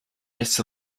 rest